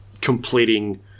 completing